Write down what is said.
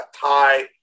tie